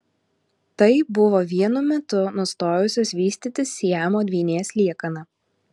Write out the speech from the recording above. tai buvo vienu metu nustojusios vystytis siamo dvynės liekana